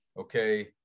okay